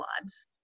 lives